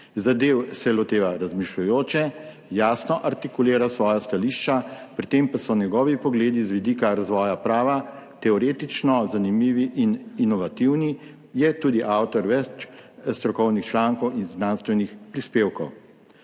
Zadev se loteva razmišljujoče, jasno artikulira svoja stališča, pri tem pa so njegovi pogledi z vidika razvoja prava teoretično zanimivi in inovativni. Je tudi avtor več strokovnih člankov in znanstvenih prispevkov.